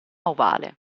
ovale